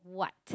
what